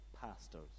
pastors